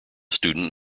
student